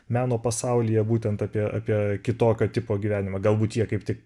meno pasaulyje būtent apie apie kitokio tipo gyvenimą galbūt jie kaip tik